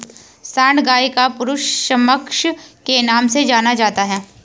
सांड गाय का पुरुष समकक्ष के नाम से जाना जाता है